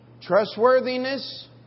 trustworthiness